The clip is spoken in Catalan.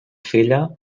filla